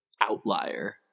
outlier